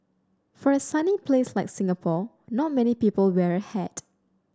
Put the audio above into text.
for a sunny place like Singapore not many people wear a hat